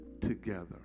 together